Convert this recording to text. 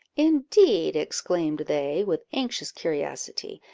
indeed! exclaimed they, with anxious curiosity,